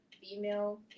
Female